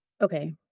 Okay